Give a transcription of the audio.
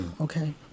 okay